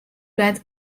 let